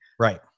Right